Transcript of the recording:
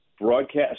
Broadcast